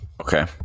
Okay